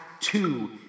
Two